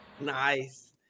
Nice